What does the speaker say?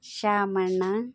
Shyamanna